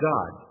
God